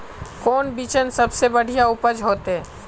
कौन बिचन सबसे बढ़िया उपज होते?